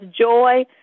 joy